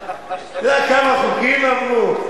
אתה יודע כמה חוקים עברו?